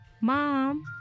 Mom